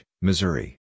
Missouri